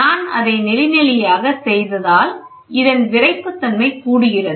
நான் அதை நெளி நெளியாக செய்ததால் இதன் விறைப்பு தன்மை கூடுகிறது